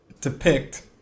depict